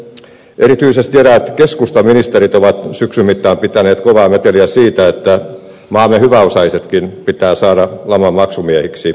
erityisesti eräät keskustan ministerit ovat syksyn mittaan pitäneet kovaa meteliä siitä että maamme hyväosaisetkin pitää saada laman maksumiehiksi